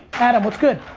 and what's good?